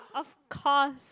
of course